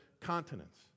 continents